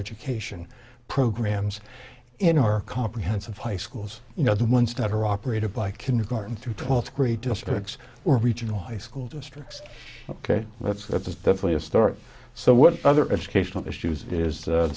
education programs in our comprehensive high schools you know the ones that are operated by kindergarten through twelfth grade districts or regional high school districts ok let's go to the family of stuart so what other educational issues it is th